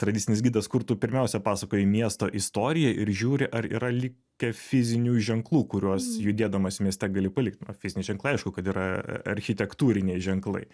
tradicinis gidas kur tu pirmiausia pasakoji miesto istoriją ir žiūri ar yra likę fizinių ženklų kuriuos judėdamas mieste gali palikt na fiziniai ženklai aišku kad yra architektūriniai ženklai